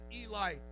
Eli